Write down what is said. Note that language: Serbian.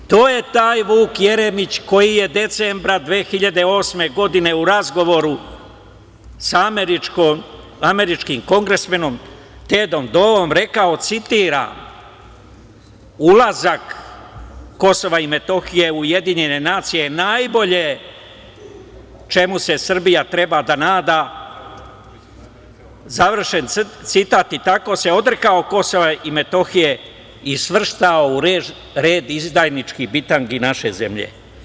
To je taj Vuk Jeremić koji je decembra 2008. godine u razgovoru sa američkim kongresmenom Tedom Doom, rekao, citiram: “Ulazak Kosova i Metohije u Ujedinjene nacije je najbolje čemu se Srbija treba da nada“, završen citat i tako se odrekao Kosova i Metohije i svrstao u red izdajničkih bitangi naše zemlje.